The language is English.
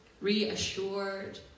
reassured